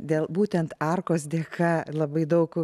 dėl būtent arkos dėka labai daug